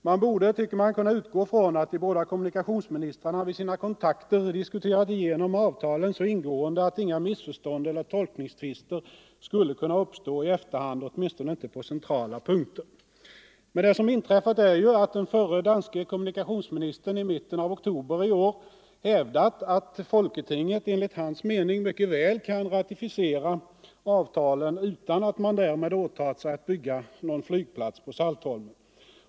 Man borde, tycker man, kunna utgå ifrån att de båda kommunikationsministrarna vid sina kontakter diskuterat igenom avtalen så ingående att inga missförstånd eller tolkningstvister skulle kunna uppstå i efter hand, åtminstone inte på några centrala punkter. 35 Men det som inträffat är ju att den förre danske kommunikationsministern i mitten av oktober i år hävdat att folketinget enligt hans mening mycket väl kan ratificera avtalen utan att man därmed har åtagit sig att bygga någon flygplats på Saltholm.